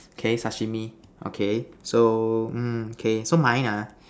okay Sashimi okay so mm K so mine ha